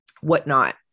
whatnot